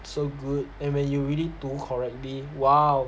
so good and when you really 读 correctly !wow!